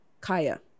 Kaya